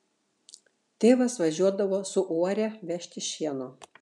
tėvas važiuodavo su uore vežti šieno